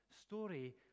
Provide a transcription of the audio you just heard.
story